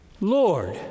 Lord